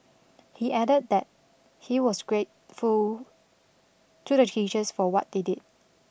he added that he was grateful to the teachers for what they did